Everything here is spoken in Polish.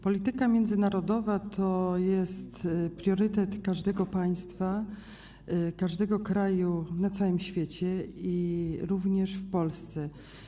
Polityka międzynarodowa to jest priorytet każdego państwa, każdego kraju na całym świecie, również Polski.